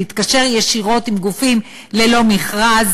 להתקשר ישירות עם גופים ללא מכרז,